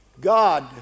God